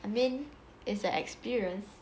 I mean it's an experience